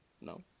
No